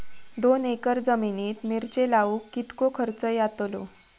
दोन एकर जमिनीत मिरचे लाऊक कितको खर्च यातलो?